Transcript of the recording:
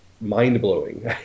mind-blowing